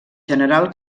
general